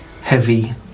heavy